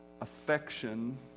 affection